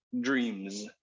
dreams